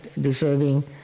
deserving